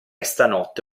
stanotte